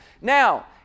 Now